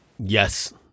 Yes